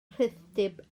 rhithdyb